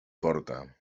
forta